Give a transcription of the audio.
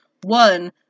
one